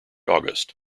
august